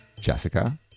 Jessica